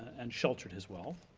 and sheltered his wealth.